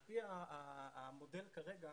על פי המודל כרגע,